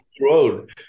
road